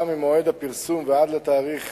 ועדת